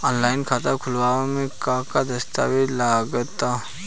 Online खाता खूलावे म का का दस्तावेज लगा ता?